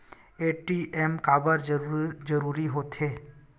ATM काबर जरूरी हो थे?